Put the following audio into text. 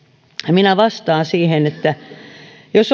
minä vastaan siihen että jos